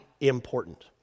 important